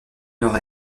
nord